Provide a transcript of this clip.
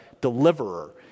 deliverer